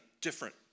different